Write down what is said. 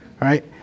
right